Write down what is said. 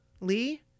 lee